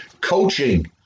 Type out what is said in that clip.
coaching